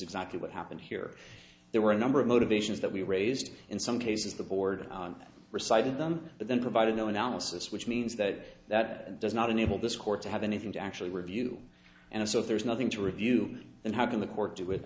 exactly what happened here there were a number of motivations that we raised in some cases the board recited them but then provided no analysis which means that that does not enable this court to have anything to actually review and so there's nothing to review and how can the court do with